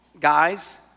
guys